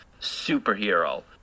superhero